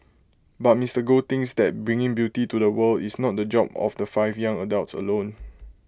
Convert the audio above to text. but Mister Goh thinks that bringing beauty to the world is not the job of the five young adults alone